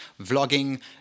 vlogging